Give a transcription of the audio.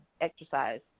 exercise